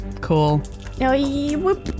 cool